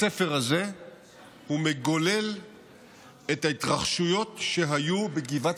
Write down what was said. בספר הזה הוא מגולל את ההתרחשויות שהיו בגבעת